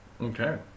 okay